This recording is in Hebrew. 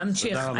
נמשיך.